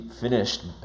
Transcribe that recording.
finished